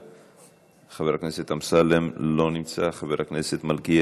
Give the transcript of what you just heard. חשיבות אסטרטגית זו אף באה לידי ביטוי